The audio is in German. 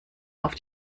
auf